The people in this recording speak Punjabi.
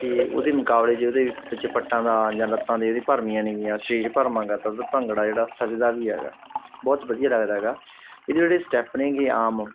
ਜੇ ਉਹਦੇ ਮੁਕਾਬਲੇ 'ਚ ਉਹਦੇ ਵਿੱਚ ਪੱਟਾਂ ਦਾ ਜਾਂ ਲੱਤਾਂ ਦੇ ਭਰਮੀਆਂ ਨੇਗੀਆਂ ਸਰੀਰ ਭਰਮਾਂ ਕਰ ਭੰਗੜਾ ਜਿਹੜਾ ਸਜਦਾ ਵੀ ਹੈਗਾ ਬਹੁਤ ਵਧੀਆ ਲੱਗਦਾ ਹੈਗਾ ਇਹਦੇ ਜਿਹੜੇ ਸਟੈੱਪ ਨੇਗੇ ਆਮ